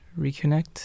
reconnect